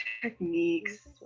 techniques